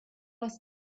was